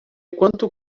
quanto